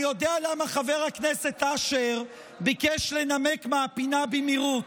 אני יודע למה חבר הכנסת אשר ביקש לנמק מהפינה במהירות,